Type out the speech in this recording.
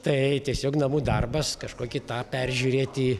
tai tiesiog namų darbas kažkokį tą peržiūrėti